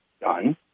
done